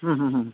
होम होम होम